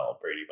Brady